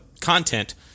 content –